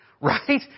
right